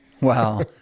Wow